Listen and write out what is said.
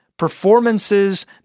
performances